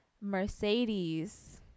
Mercedes